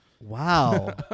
Wow